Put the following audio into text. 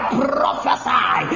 prophesy